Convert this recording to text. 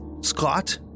Scott